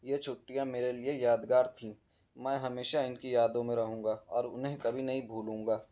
یہ چھٹیاں میرے لئے یادگار تھیں میں ہمیشہ ان کی یادوں میں رہوں گا اور انہیں کبھی نہیں بھولوں گا